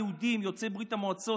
היהודים יוצאי ברית המועצות,